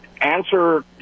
answer